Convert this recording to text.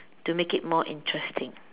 to make it more interesting